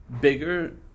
bigger